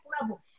level